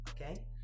Okay